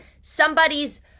Somebody's